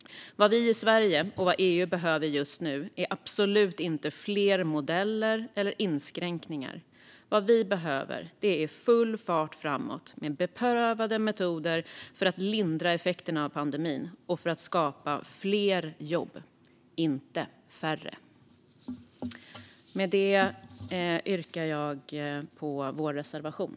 Vad vi i Sverige och EU behöver just nu är absolut inte fler modeller eller inskränkningar, utan vi behöver full fart framåt med beprövade metoder för att lindra effekterna av pandemin och skapa fler jobb, inte färre. Med det yrkar jag bifall till vår reservation.